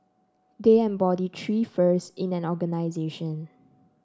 they embody three firsts in an organisation